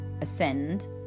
ascend